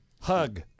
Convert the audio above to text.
Hug